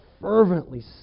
fervently